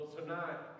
tonight